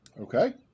Okay